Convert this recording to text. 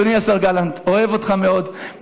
אדוני השר גלנט, אוהב אותך מאוד.